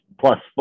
plus